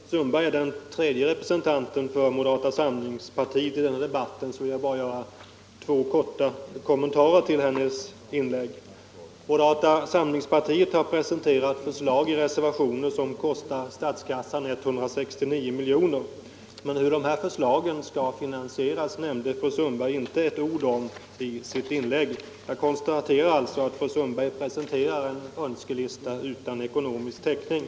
Herr talman! Fru Sundberg är den tredje representanten för moderata samlingspartiet i den här debatten, så jag vill bara göra två korta kommentarer till hennes inlägg. Moderata samlingspartiet har i reservationer presenterat förslag som skulle kosta statskassan 169 milj.kr. Hur de här förslagen skall finansieras nämnde fru Sundberg inte ett ord om i sitt inlägg. Jag konstaterar alltså att fru Sundberg presenterar en önskelista utan ekonomisk täckning.